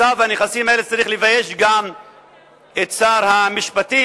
מצב הנכסים האלה צריך לבייש גם את שר המשפטים,